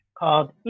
called